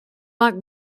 lack